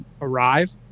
arrive